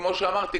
כמו שאמרתי,